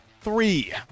three